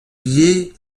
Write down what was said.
lié